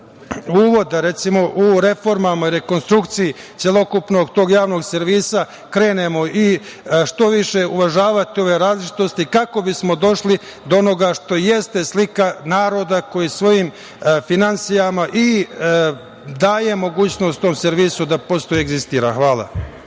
uvod, a recimo u reformama i rekonstrukciji celokupnog tog javnog servisa krenemo i što više uvažavati ove različitosti kako bismo došli do onoga što jeste slika naroda koji svojim finansijama daje mogućnost tom servisu da prosto egzistira. Hvala.